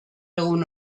egun